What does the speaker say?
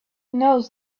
knows